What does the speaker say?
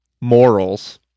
morals